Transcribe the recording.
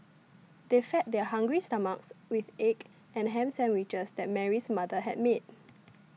they fed their hungry stomachs with the egg and ham sandwiches that Mary's mother had made